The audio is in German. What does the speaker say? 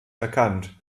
erkannt